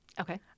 Okay